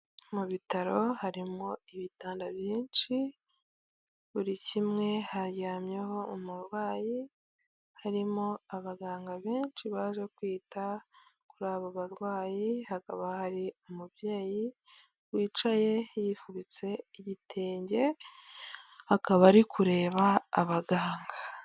Mu bitaro harimo ibitanda byinshi, buri kimwe haryamyeho umurwayi harimo abaganga benshi baje kwita kuri abo barwayi, hakaba hari umubyeyi wicaye yifubitse igitenge akaba ari kureba abaganga.